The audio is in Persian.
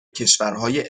کشورهای